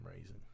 reason